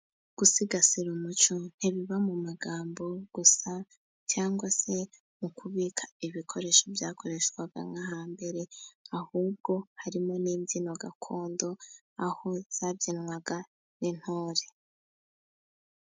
Gusigasira umuco ntibiba mu magambo gusa cyangwa se mu kubika ibikoresho byakoreshwaga nko hambere, ahubwo harimo n'imbyino gakondo, aho zabyinwaga n'intore.